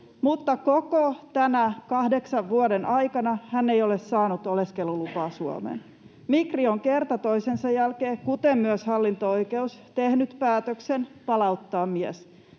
mutta koko tänä kahdeksan vuoden aikana hän ei ole saanut oleskelulupaa Suomeen. Migri on kerta toisensa jälkeen, kuten myös hallinto-oikeus, tehnyt päätöksen palauttaa mies,